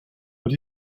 but